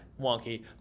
wonky